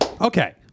Okay